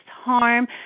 harm